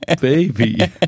baby